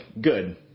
good